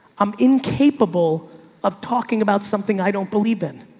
i'm incapable of talking about something i don't believe in.